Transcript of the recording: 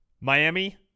Miami